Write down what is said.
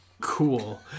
Cool